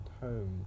home